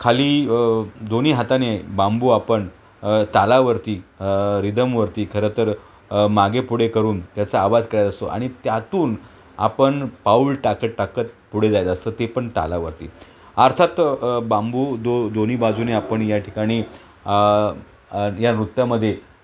खाली दोन्ही हाताने बांबू आपण तालावरती रिदमवरती खरं तर मागे पुढे करून त्याचा आवाज करत असतो आणि त्यातून आपण पाऊल टाकत टाकत पुढे जायचं असतं ते पण तालावरती अर्थात बांबू दो दोन्ही बाजूने आपण या ठिकाणी या नृत्यामध्ये